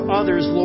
others